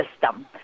system